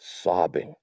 sobbing